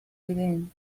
within